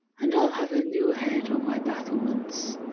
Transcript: and i'll have a new head on my battlements.